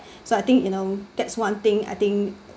so I think you know that's one thing I think